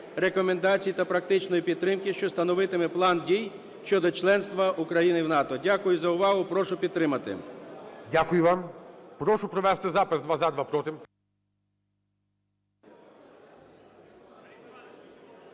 рекомендацій та практичної підтримки, що становитиме План дій щодо членства України в НАТО". Дякую за увагу. Прошу підтримати. ГОЛОВУЮЧИЙ. Дякую вам. Прошу провести запис: два – за,